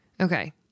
Okay